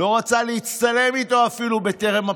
לא רצה להצטלם איתו אפילו בטרם הבחירות.